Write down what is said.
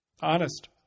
honest